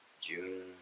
June